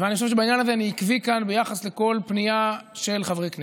ואני חושב שבעניין הזה אני עקבי כאן ביחס לכל פנייה של חברי הכנסת.